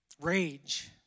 rage